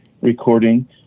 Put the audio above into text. recording